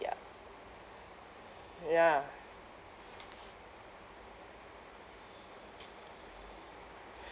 yup ya